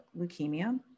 leukemia